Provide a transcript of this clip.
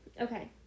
okay